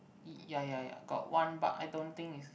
ya ya ya got one but I don't think is